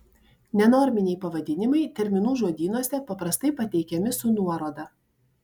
nenorminiai pavadinimai terminų žodynuose paprastai pateikiami su nuoroda